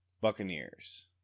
Buccaneers